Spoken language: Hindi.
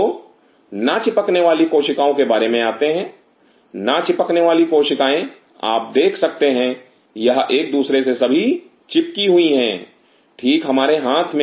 तो ना चिपकने वाली कोशिकाओं के बारे में आते हैं ना चिपकने वाली कोशिकाएं आप देख सकते हैं यह एक दूसरे से सभी चिपकी हुई हैं ठीक हमारे हाथ में